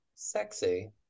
Sexy